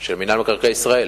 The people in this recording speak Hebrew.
של מינהל מקרקעי ישראל.